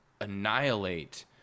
annihilate